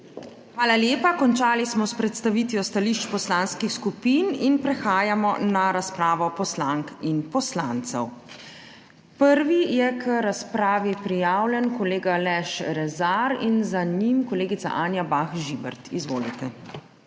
Hvala lepa. Končali smo s predstavitvijo stališč poslanskih skupin in prehajamo na razpravo poslank in poslancev. Prvi je k razpravi prijavljen kolega Aleš Rezar in za njim kolegica Anja Bah Žibert. Izvolite.